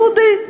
יהודי,